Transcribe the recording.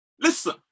listen